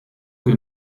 che